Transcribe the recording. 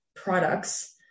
products